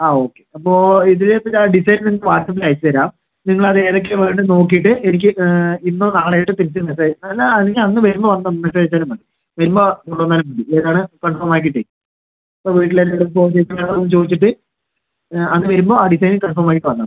ആ ഓക്കെ അപ്പോൾ ഇതു പിന്നെ ഡിസൈൻ നിങ്ങൾക്ക് വാട്ട്സ്ആപ്പിൽ അയച്ചുതരാം നിങ്ങൾ അത് ഏതൊക്കെയാണ് വേണ്ടതെന്ന് നോക്കിയിട്ട് എനിക്ക് ഇന്നോ നാളയോ ആയിട്ട് തിരിച്ച് മെസ്സേജ് അല്ല അല്ലെങ്കിൽ അന്ന് വരുമ്പോൾ ഒന്നു മെസ്സേജ് അയച്ചാലും മതി വരുമ്പോൾ കൊണ്ടുവന്നാലും മതി ഏതാണ് കൺഫേം ആക്കിയിട്ട് ഇപ്പോൾ വീട്ടിൽ ചോദിച്ചിട്ട് അന്നു വരുമ്പോൾ ആ ഡിസൈൻ കൺഫേം ആയി പറഞ്ഞാൽ മതി